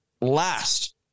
last